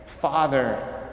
Father